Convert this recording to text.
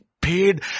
paid